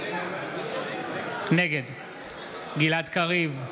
נגד גלעד קריב,